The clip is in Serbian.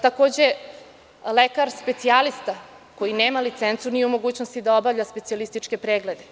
Takođe, lekar specijalista koji nema licencu nije u mogućnosti da obavlja specijalističke preglede.